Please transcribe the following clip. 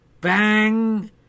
Bang